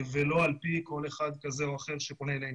ולא על פי כל אחד כזה או אחר שפונה אלינו.